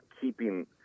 keeping –